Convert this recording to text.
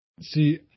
See